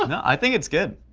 i think it's good.